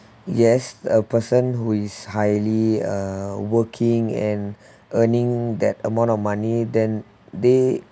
yes a person who is highly uh working and earning that amount of money then they